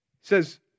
says